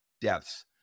deaths